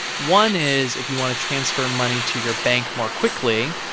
one is if you want to transfer money to your bank more quickly,